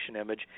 image